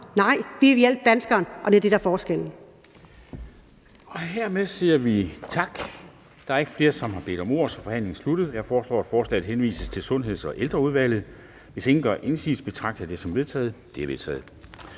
Nej, vi vil hjælpe danskeren, og det er det, der forskellen. Kl. 11:32 Formanden (Henrik Dam Kristensen): Hermed siger vi tak. Der er ikke flere, som har bedt om ordet, så forhandlingen er sluttet. Jeg foreslår, at beslutningsforslaget henvises til Sundheds- og Ældreudvalget. Hvis ingen gør indsigelse, betragter jeg det som vedtaget. Det er vedtaget.